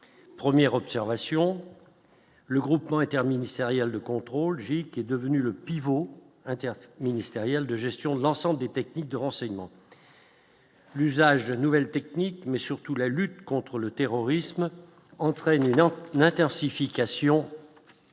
premières observations, le Groupement interministériel de contrôle J. qu'est devenu le pivot inter- ministériel de gestion de l'ensemble des techniques de renseignement. L'usage de nouvelles techniques, mais surtout la lutte contre le terrorisme entraînante Nater signification significative